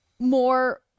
more